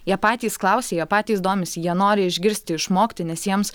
jie patys klausė jie patys domisi jie nori išgirsti išmokti nes jiems